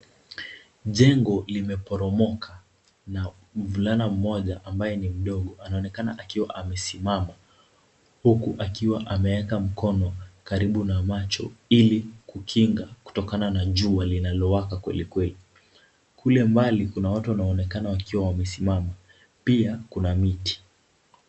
Jengo limeporomoka na mvulana mmoja ambaye ni mdogo anaoenkana akiwa amesimama huku akiwa ameeka mkono karibu na macho ili kukinga kutokana na jua linalowaka kweli kweli. Kule mbali kuna watu wanaonekana wakiwa wamesimama, pia kuna miti.